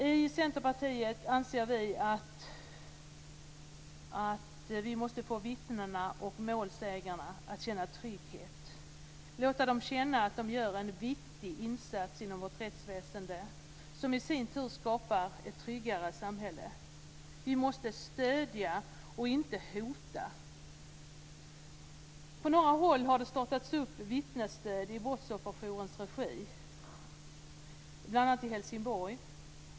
I Centerpartiet anser vi att vi måste få vittnena och målsägarna att känna trygghet och låta dem känna att de gör en viktig insats inom vårt rättsväsende, som i sin tur skapar ett tryggare samhälle. Vi måste stödja och inte hota. På några håll har det startats upp vittnesstöd i Brottsofferjourens regi, bl.a. i Helsingborg.